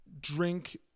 drink